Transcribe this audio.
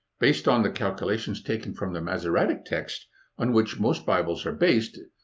based on the calculations taken from the masoretic text on which most bibles are based,